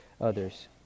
others